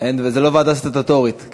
זו לא ועדה סטטוטורית.